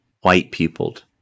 white-pupiled